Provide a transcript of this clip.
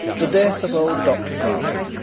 the death of old dr grantly,